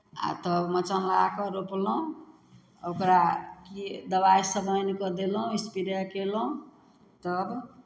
आ तब मचान लगा कऽ रोपलहुँ ओकरा की दबाइसभ आनि कऽ देलहुँ इसपरे कयलहुँ तब